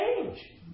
change